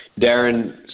Darren